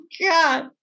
God